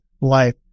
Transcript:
life